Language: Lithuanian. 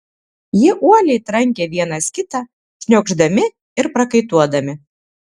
jie uoliai trankė vienas kitą šniokšdami ir prakaituodami